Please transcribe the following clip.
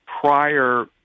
prior